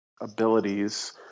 abilities